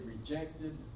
rejected